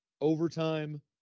overtime